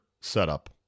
setup